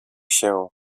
się